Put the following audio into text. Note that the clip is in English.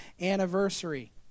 anniversary